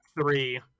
three